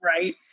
right